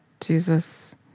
Jesus